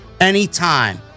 anytime